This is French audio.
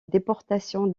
déportation